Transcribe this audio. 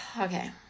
Okay